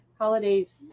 Holidays